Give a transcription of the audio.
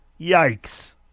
yikes